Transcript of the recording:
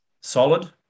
solid